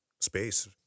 space